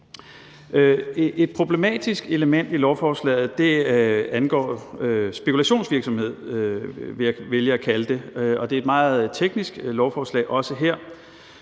Et problematisk element i lovforslaget angår spekulationsvirksomhed, som jeg vil vælge at kalde det. Det er et meget teknisk lovforslag, også her,